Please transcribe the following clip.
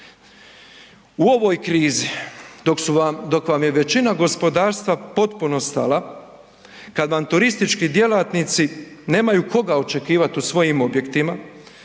U ovoj krizi dok su vam, dok vam je većina gospodarstva potpuno stala, kad vam turistički djelatnici nemaju koga očekivat u svojim objektima,